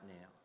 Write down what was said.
now